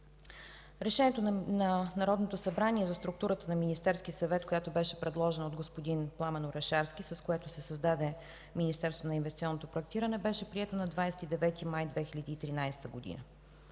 Решението на Народното събрание за структурата на Министерския съвет, която беше предложена от господин Пламен Орешарски, с което се създаде Министерството на инвестиционното проектиране, беше прието на 29 май 2013 г.